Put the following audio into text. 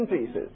pieces